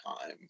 time